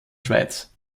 schweiz